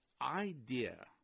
idea